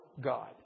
God